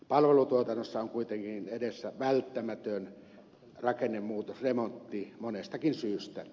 palvelutuotannossa on kuitenkin edessä välttämätön rakennemuutosremontti monestakin syystä